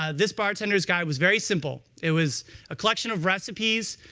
ah this bartender's guide was very simple. it was a collection of recipes.